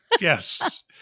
Yes